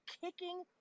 kicking